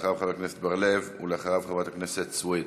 אחריו, חבר הכנסת בר-לב, ואחריו, חברת הכנסת סויד.